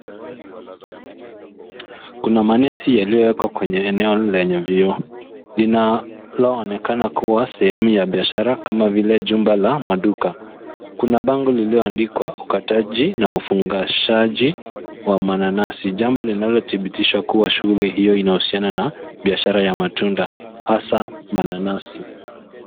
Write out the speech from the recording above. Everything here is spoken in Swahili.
Kuna manesi yaliyowekwa kwenye eneo lenye vioo linaloonekana kuwa sehemu ya biashara kama vile jumba la maduka. Kuna bango lililoandikwa ukataji na ufugashaji wa mananasi, jambo linalodhibitishwa kuwa shughuli hiyo inahusiana na biashara ya matunda hasa mananasi.